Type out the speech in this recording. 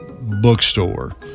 bookstore